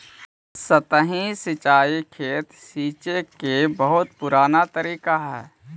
सतही सिंचाई खेत सींचे के बहुत पुराना तरीका हइ